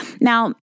Now